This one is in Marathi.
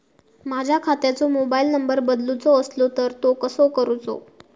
माझ्या खात्याचो मोबाईल नंबर बदलुचो असलो तर तो कसो करूचो?